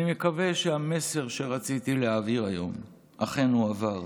אני מקווה שהמסר שרציתי להעביר היום אכן הועבר.